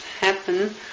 happen